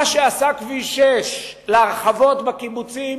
מה שעשה כביש 6 להרחבות בקיבוצים,